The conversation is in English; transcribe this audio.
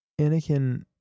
Anakin